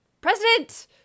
President